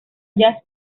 jazz